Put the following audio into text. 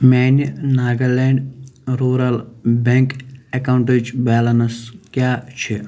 میٛانہِ Nagaland rural bank اٮ۪کاوُنٛٹٕچ balance کیٛاہ چھِ